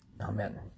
Amen